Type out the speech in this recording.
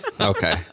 Okay